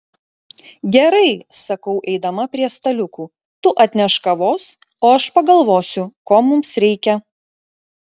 gerai sakau eidama prie staliukų tu atnešk kavos o aš pagalvosiu ko mums reikia